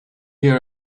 hear